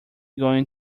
going